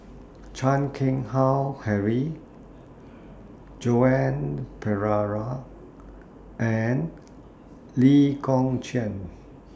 Chan Keng Howe Harry Joan Pereira and Lee Kong Chian